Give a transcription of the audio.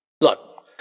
Look